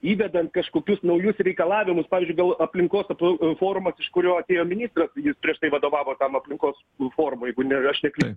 įvedant kažkokius naujus reikalavimus pavyzdžiui dėl aplinkos apsau o forumas iš kurio atėjo ministras jis prieš tai vadovavo tam aplinkos forumui jeigu nevež tai aplin